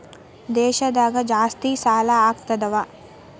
ದೇಶದಾಗ ಜಾಸ್ತಿಸಾಲಾ ಯಾಕಾಗ್ತಾವ?